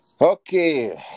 Okay